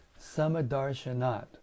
samadarshanat